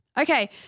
Okay